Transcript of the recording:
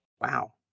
Wow